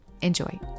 Enjoy